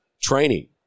training